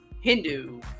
Hindu